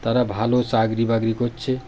তারা ভালো চাকরি বাকরি করছে